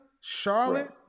Charlotte